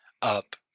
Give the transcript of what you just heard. Up